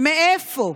ומאיפה,